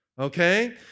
okay